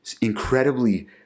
incredibly